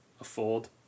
afford